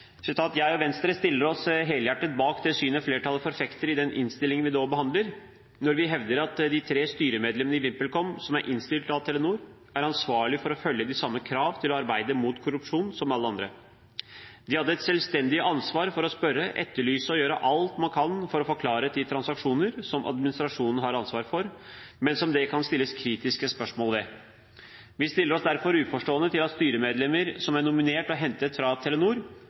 dag. Jeg tenkte bare kortfattet å sitere noe av det: «Jeg og Venstre stiller oss helhjertet bak det synet flertallet forfekter i den innstillingen vi nå behandler, når vi hevder at de tre styremedlemmene i VimpelCom som er innstilt av Telenor, er ansvarlig for å følge de samme krav til å arbeide mot korrupsjon som alle andre. De hadde et selvstendig ansvar for å spørre, etterlyse og gjøre alt man kan for å få klarhet i transaksjoner som administrasjonen har ansvaret for, men som det kan stilles kritiske spørsmål ved. Vi stiller oss derfor uforstående til at styremedlemmer som er nominert og hentet fra Telenor,